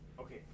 Okay